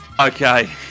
okay